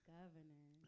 governor